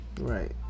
Right